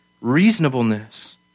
reasonableness